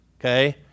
okay